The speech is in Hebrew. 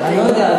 אני לא יודע,